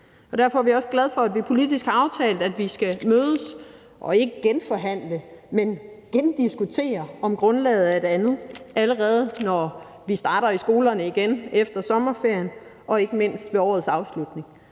Derfor er vi også glade for, at vi politisk har aftalt, at vi skal mødes og ikke genforhandle, men gendiskutere, om grundlaget er et andet, allerede når de starter i skolerne igen efter sommerferien og ikke mindst ved årets afslutning.